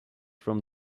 from